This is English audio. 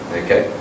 okay